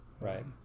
Right